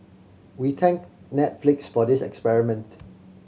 we thank Netflix for this experiment